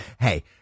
Hey